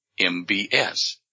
MBS